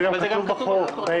מאיר, זה גם כתוב בחוק.